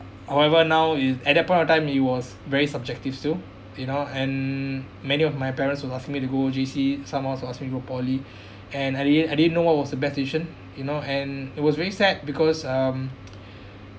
however now is at that point of time it was very subjective so you know and many of my parents would ask me to go J_C someone ask me go poly and I didn't I didn't know what was the best decision you know and it was very sad because um